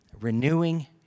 renewing